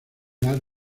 dar